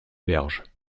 berges